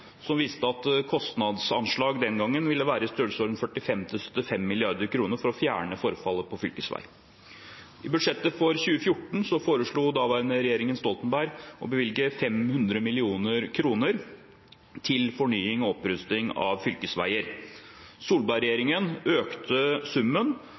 som viste at kostnadsanslaget den gangen ville være i størrelsesorden 45–75 mrd. kr for å fjerne forfallet på fylkesveiene. I budsjettet for 2014 foreslo daværende Stoltenberg-regjering å bevilge 500 mill. kr til fornying og opprustning av fylkesveier. Solberg-regjeringen økte summen,